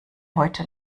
heute